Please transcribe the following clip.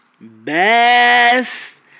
Best